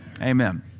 Amen